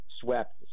swept